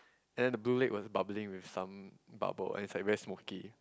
and the blue lake was bubbling with some bubble and it's like very smoky